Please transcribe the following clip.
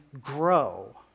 grow